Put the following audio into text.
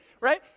right